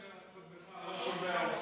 אני מקווה שקודמך לא שומע אותך עכשיו.